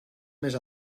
més